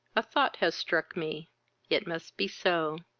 a thought has struck me it must be so.